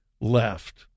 left